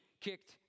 kicked